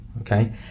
okay